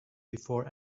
before